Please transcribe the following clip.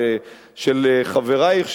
ושל חברייך,